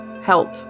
help